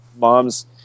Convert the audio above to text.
moms